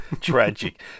Tragic